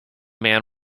man